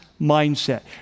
mindset